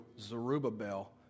Zerubbabel